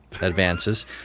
advances